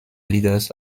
leaders